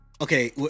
Okay